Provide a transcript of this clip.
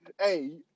hey